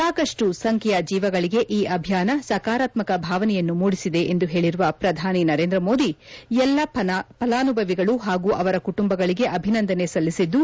ಸಾಕಷ್ಣು ಸಂಖ್ಲೆಯ ಜೀವಗಳಿಗೆ ಈ ಅಭಿಯಾನ ಸಕಾರಾತ್ವಕ ಭಾವನೆಯನ್ನು ಮೂಡಿಸಿದೆ ಎಂದು ಹೇಳಿರುವ ಪ್ರಧಾನಿ ನರೇಂದ್ರ ಮೋದಿ ಎಲ್ಲ ಫಲಾನುಭವಿಗಳು ಹಾಗೂ ಅವರ ಕುಟುಂಬಗಳಿಗೆ ಅಭಿನಂದನೆ ಸಲ್ಲಿಸಿದ್ದು